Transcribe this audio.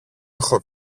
έχω